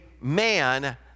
man